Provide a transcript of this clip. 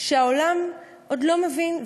שהעולם עוד לא מבין,